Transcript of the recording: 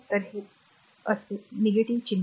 तर ते असेल चिन्ह